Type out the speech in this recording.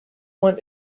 want